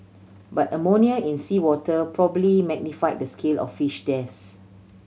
but ammonia in seawater probably magnify the scale of fish deaths